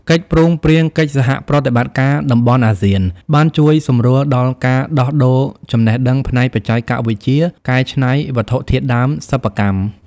កិច្ចព្រមព្រៀងកិច្ចសហប្រតិបត្តិការតំបន់អាស៊ាន បានជួយសម្រួលដល់ការដោះដូរចំណេះដឹងផ្នែកបច្ចេកវិទ្យាកែច្នៃវត្ថុធាតុដើមសិប្បកម្ម។